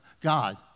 God